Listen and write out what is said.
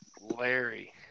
Larry